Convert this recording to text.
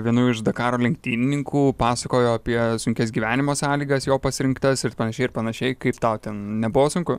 vienu iš dakaro lenktynininkų pasakojo apie sunkias gyvenimo sąlygas jo pasirinktas ir panašiai ir panašiai kaip tau ten nebuvo sunku